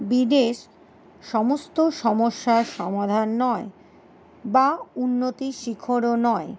বিদেশ সমস্ত সমস্যার সমাধান নয় বা উন্নতির শিখরও নয়